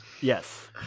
Yes